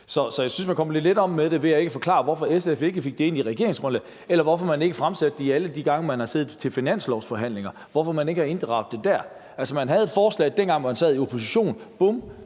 Så jeg synes, at man kommer lidt let om det, ved at man ikke forklarer, hvorfor SF ikke fik det ind i regeringsgrundlaget, eller hvorfor man ikke har fremført det alle de gange, hvor man har siddet i finanslovsforhandlinger. Altså, man havde et forslag, dengang man sad i opposition –